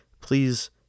please